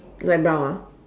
light brown ah